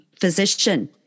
physician